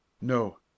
No